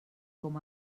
com